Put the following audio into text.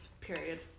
Period